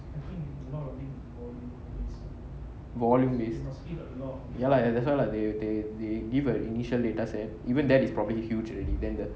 volume based ya lah that's why lah they they give a initial data set even that is probably huge already then the